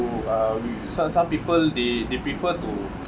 to uh we some some people they they prefer to